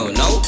no